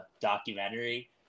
documentary